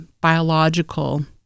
biological